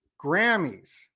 Grammys